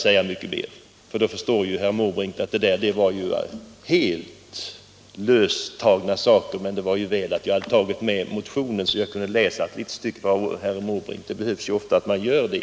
Nu måste herr Måbrink inse att vad han yttrade var helt gripet ur luften. Det var ju väl att jag hade motionen till hands så att jag kunde läsa upp ett stycke ur den för herr Måbrink. Det behövs tydligen att man gör det.